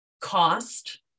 cost